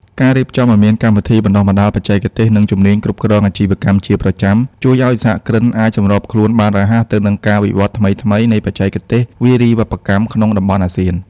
ការរៀបចំឱ្យមានកម្មវិធីបណ្ដុះបណ្ដាលបច្ចេកទេស និងជំនាញគ្រប់គ្រងអាជីវកម្មជាប្រចាំ ជួយឱ្យសហគ្រិនអាចសម្របខ្លួនបានរហ័សទៅនឹងការវិវត្តថ្មីៗនៃបច្ចេកវិទ្យាវារីវប្បកម្មក្នុងតំបន់អាស៊ាន។